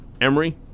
Emery